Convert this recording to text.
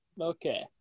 Okay